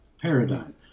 paradigm